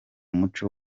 muco